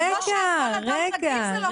זה כמו שעבור אדם רגיל זה לא כתוב.